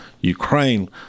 Ukraine